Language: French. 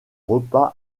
repas